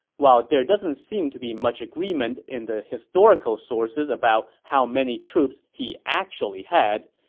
while there doesn't seem to be much agreement in the historical sources about how many troops he actually had,